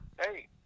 hey